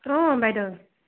অঁ বাইদেউ